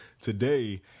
today